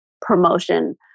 promotion